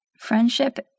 Friendship